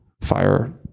fire